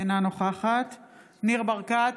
אינה נוכחת ניר ברקת,